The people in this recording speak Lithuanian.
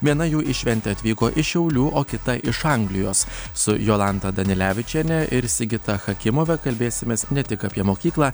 viena jų į šventę atvyko iš šiaulių o kita iš anglijos su jolanta danilevičienė ir sigita chakimova kalbėsimės ne tik apie mokyklą